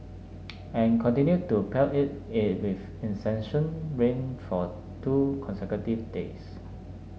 and continued to pelt it is with incessant rain for two consecutive days